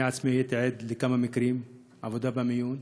אני עצמי הייתי עד לכמה מקרים בעבודה במיון.